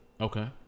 Okay